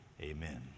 amen